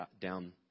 down